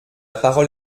parole